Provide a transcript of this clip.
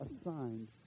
assigned